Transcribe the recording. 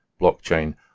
blockchain